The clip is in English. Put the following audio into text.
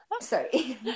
Sorry